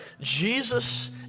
Jesus